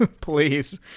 please